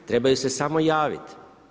Trebaju se samo javiti.